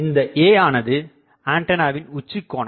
இந்த Aஆனது ஆண்டனாவின் உச்சி கோணம்